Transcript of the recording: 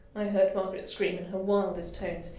i heard margaret scream in her wildest tones.